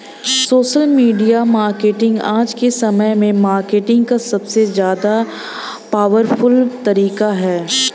social media marketing आज के समय में मार्केटिंग का सबसे ज्यादा पॉवरफुल तरीका है